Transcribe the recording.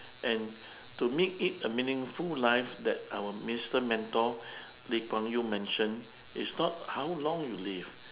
and to make it a meaningful life that our minister mentor lee kuan yew mentioned it's not how long you live